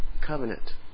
covenant